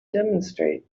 demonstrate